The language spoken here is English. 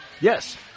Yes